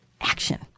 action